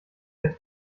der